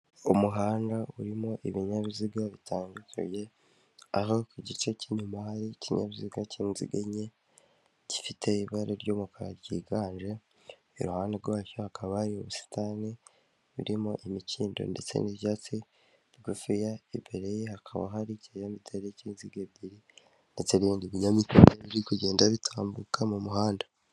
Umuhanda urimo ibinyabiziga bitandukanye, aho ku gice cy'inyuma hari ikinyabiziga cy'inziga enke gifite ibara ry'umukara ryiganje, iruhande rwacyo hakaba hari ubusitani burimo imikindo ndetse n'ibyatsi bigufiya, imbere ye hakaba hari kinyamitende cy'inziga ebyiri ndetse n'bindi binyamitende biri kugenda bitambuka mu muhanda.